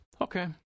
Okay